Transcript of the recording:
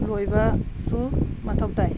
ꯂꯣꯏꯕꯁꯨ ꯃꯊꯧ ꯇꯥꯏ